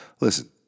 listen